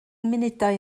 munudau